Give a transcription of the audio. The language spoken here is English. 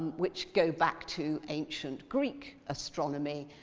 which go back to ancient greek astronomy,